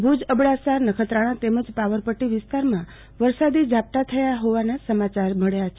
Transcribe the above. ભુજ અબડાસા નખત્રાણા તેમજ પાવરપટ્ટી વિસ્તારમાં વરસાદી ઝાપટાં થયાના સમાચારો મળ્યા છે